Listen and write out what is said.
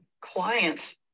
clients